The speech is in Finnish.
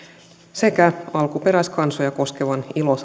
sekä alkuperäiskansoja koskevan ilo